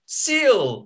seal